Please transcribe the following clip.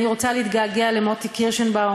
אני רוצה להתגעגע למוטי קירשנבאום,